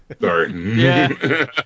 Sorry